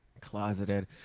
closeted